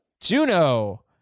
Juno